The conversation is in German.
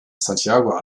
santiago